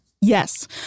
Yes